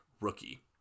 rookie